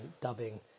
dubbing